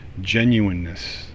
genuineness